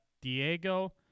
Diego